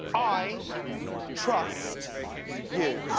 i trust you.